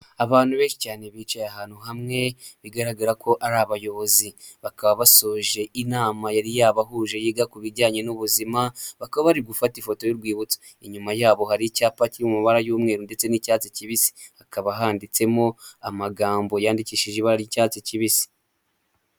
Abantu benshi cyane bicaye ahantu hamwe bigaragara ko ari abayobozi. Bakaba basoje inama yari yabahuje yiga ku bijyanye n'ubuzima bakaba bari gufata ifoto y'urwibutso. Inyuma yabo hari icyapa kiri mu mabara y'umweru ndetse n'icyatsi kibisi. Hakaba handitsemo amagambo yandikishije iba ry'icyatsi kibisi.